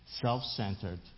self-centered